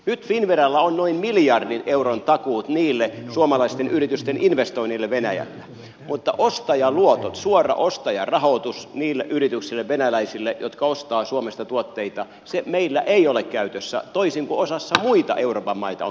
nyt finnveralla on noin miljardin euron takuut niille suomalaisten yritysten investoinneille venäjällä mutta ostajaluottoja suoraa ostajarahoitusta niille yrityksille venäläisille jotka ostavat suomesta tuotteita meillä ei ole käytössä toisin kuin osassa muita euroopan maita on